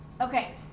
Okay